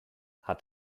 hat